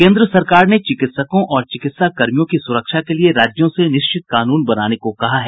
केंद्र सरकार ने चिकित्सकों और चिकित्साकर्मियों की सुरक्षा के लिए राज्यों से निश्चित कानून बनाने को कहा है